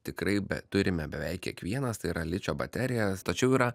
tikrai be turime beveik kiekvienas tai yra ličio baterija tačiau yra